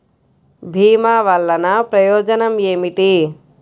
భీమ వల్లన ప్రయోజనం ఏమిటి?